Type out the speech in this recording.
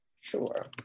Sure